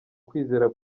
kwizera